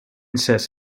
sets